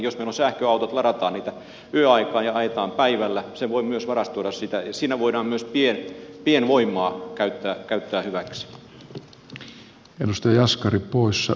jos meillä on sähköautot ladataan niitä yöaikaan ja ajetaan päivällä voidaan myös varastoida sitä ja siinä voidaan myös pienvoimaa käyttää hyväksi